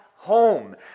Home